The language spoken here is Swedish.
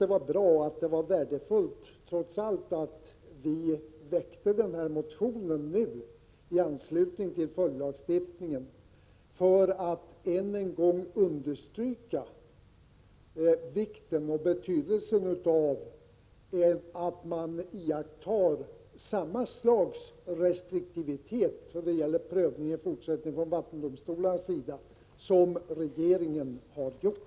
Det var trots allt värdefullt att vi väckte denna motion i anslutning till följdlagstiftningen, för att än en gång understryka vikten av att vattendomstolarna i fortsättningen iakttar samma slags restriktivitet då det gäller prövningen som regeringen har gjort.